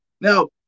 Now